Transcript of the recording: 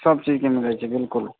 बुझलहुॅं ने